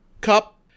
cup